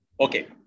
Okay